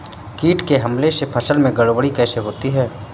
कीट के हमले से फसल में गड़बड़ी कैसे होती है?